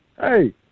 Hey